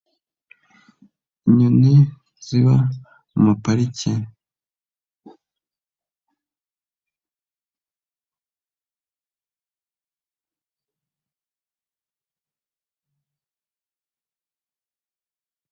Inyoni ziba muri pariki.